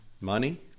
money